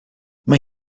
mae